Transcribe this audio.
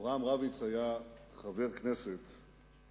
אברהם רביץ היה חבר הכנסת 20 שנה.